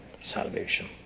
salvation